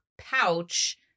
pouch